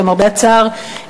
למרבה הצער,